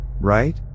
right